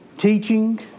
Teaching